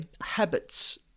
habits